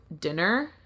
dinner